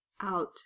out